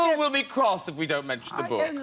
will be cross if we don't mention the book.